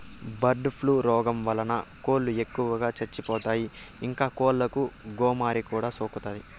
bird flu రోగం వలన కోళ్ళు ఎక్కువగా చచ్చిపోతాయి, ఇంకా కోళ్ళకు గోమారి కూడా సోకుతాది